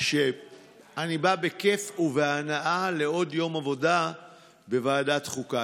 שאני בא בכיף ובהנאה לעוד יום עבודה בוועדת החוקה.